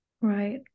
Right